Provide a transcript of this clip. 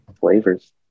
Flavors